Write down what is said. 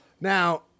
Now